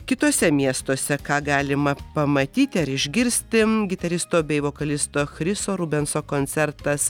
kituose miestuose ką galima pamatyti ar išgirsti gitaristo bei vokalisto chriso rubenso koncertas